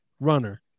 runner